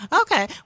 Okay